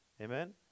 Amen